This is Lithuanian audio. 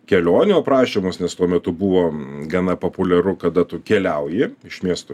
kelionių aprašymus nes tuo metu buvo gana populiaru kada tu keliauji iš miesto